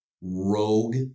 rogue